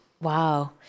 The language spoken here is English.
Wow